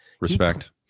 respect